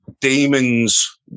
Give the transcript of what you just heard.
demons